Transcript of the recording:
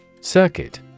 Circuit